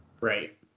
right